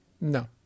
No